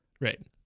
Right